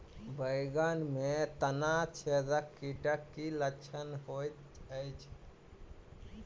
बैंगन मे तना छेदक कीटक की लक्षण होइत अछि?